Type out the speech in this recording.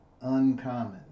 uncommon